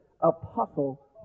apostle